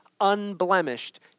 unblemished